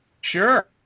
sure